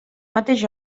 mateix